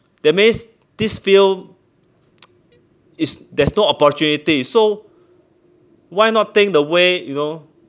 that means this field is there's no opportunity so why not think the way you know